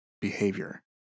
behavior